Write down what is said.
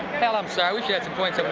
hell, i'm sorry. we should've